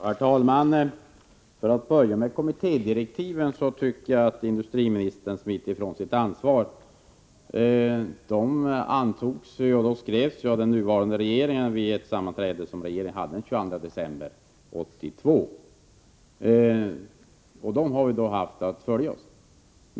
Herr talman! För att börja med kommittédirektiven tycker jag att industriministern smiter från sitt ansvar. De skrevs av den nuvarande regeringen vid ett sammanträde som regeringen hade den 22 december 1982, och dem har vi haft att följa.